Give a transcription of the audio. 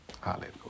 Hallelujah